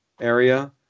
area